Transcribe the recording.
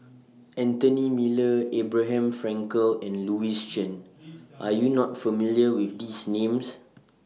Anthony Miller Abraham Frankel and Louis Chen Are YOU not familiar with These Names